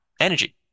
energy